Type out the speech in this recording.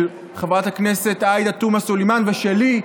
של חברת הכנסת עאידה תומא סלימאן ושלי,